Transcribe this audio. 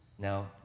Now